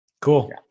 Cool